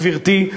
גברתי,